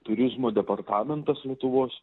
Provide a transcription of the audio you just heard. turizmo departamentas lietuvos